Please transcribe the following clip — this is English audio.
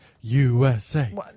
USA